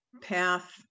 path